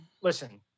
Listen